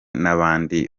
nabandi